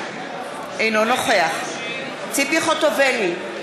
אינו נוכח ציפי חוטובלי,